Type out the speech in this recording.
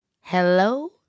Hello